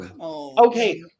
okay